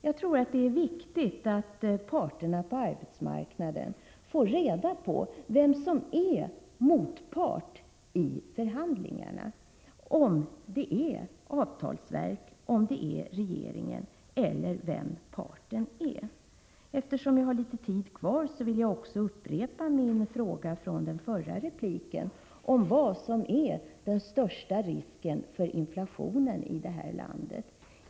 Jag tror att det är viktigt att parterna på arbetsmarknaden får reda på vem som är motpart i förhandlingarna — om det är avtalsverket, om det är regeringen eller vem parten är. Eftersom jag har litet tid kvar vill jag upprepa min fråga från den förra repliken om vad som är den största risken för inflationen i det här landet.